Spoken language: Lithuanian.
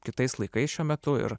kitais laikais šiuo metu ir